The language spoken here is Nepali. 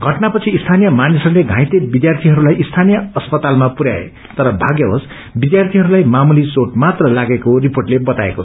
घटनापछि स्थानीय मानिसहस्ले धायल विध्यार्थीहरूलाई स्थानीय अस्पतालामा पुरयाए तर भागयवश विध्यार्थीहरूलाई मामुली चोट मात्र लागेको रिर्पोटले बताएको